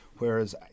Whereas